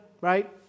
right